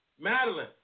Madeline